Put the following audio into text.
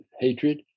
hatred